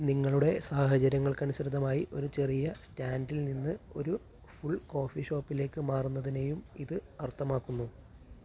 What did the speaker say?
നിങ്ങളുടെ സാഹചര്യങ്ങൾക്കനുസൃതമായി ഒരു ചെറിയ സ്റ്റാൻഡിൽ നിന്ന് ഒരു ഫുൾ കോഫി ഷോപ്പിലേക്ക് മാറുന്നതിനെയും ഇത് അർത്ഥമാക്കുന്നു